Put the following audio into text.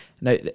Now